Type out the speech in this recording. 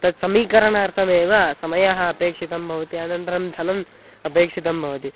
तत्समीकरणार्थमेव समयः अपेक्षितः भवति अनन्तरं धनम् अपेक्षितं भवति